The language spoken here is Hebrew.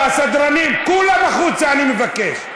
הסדרנים, כולם החוצה, אני מבקש.